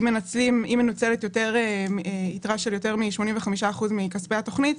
אם מנוצלת יתרה של יותר מ-85% מכספי התוכנית,